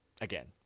again